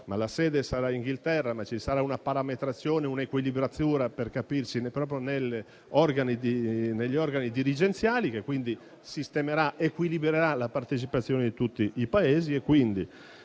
la sede sarà in Inghilterra, ma ci sarà una parametrazione, una equilibratura proprio negli organi dirigenziali, che quindi sistemerà ed equilibrerà la partecipazione di tutti i Paesi.